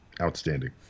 outstanding